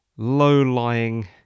low-lying